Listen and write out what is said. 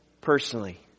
personally